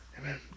Amen